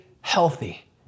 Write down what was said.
healthy